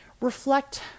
reflect